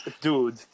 dude